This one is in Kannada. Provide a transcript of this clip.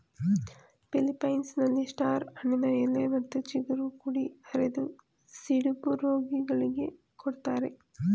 ಫಿಲಿಪ್ಪೈನ್ಸ್ನಲ್ಲಿ ಸ್ಟಾರ್ ಹಣ್ಣಿನ ಎಲೆ ಮತ್ತು ಚಿಗುರು ಕುಡಿ ಅರೆದು ಸಿಡುಬು ರೋಗಿಗಳಿಗೆ ಕೊಡ್ತಾರೆ